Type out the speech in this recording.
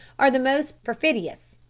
are the most perfidious.